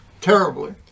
terribly